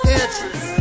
interest